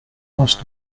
lost